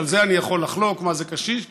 ועל זה אני יכול לחלוק מה זה "קשיש",